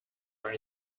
were